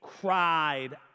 cried